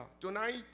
tonight